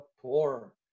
poor